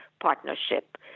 partnership